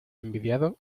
envidiado